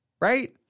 right